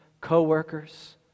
co-workers